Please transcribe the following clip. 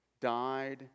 died